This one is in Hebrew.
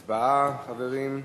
הצבעה, חברים.